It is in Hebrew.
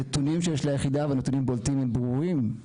הנתונים שיש ליחידה, והנתונים בולטים וברורים,